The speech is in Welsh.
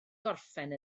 gorffen